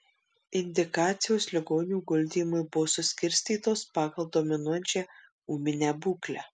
indikacijos ligonių guldymui buvo suskirstytos pagal dominuojančią ūminę būklę